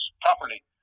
properly